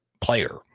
player